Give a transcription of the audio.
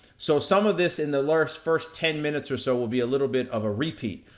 so some of this in the last, first ten minutes or so will be a little bit of a repeat.